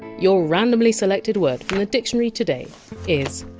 your randomly selected word from the dictionary today is!